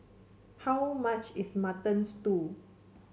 how much is Mutton Stew